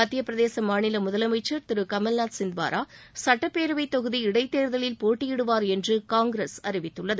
மத்தியப்பிரதேச மாநில முதலமைச்சர் திரு கமல்நாத் சிந்த்வாரா சுட்டப்பேரவை தொகுதி இடைத்தேர்தலில் போட்டியிடுவார் என்று காங்கிரஸ் அறிவித்துள்ளது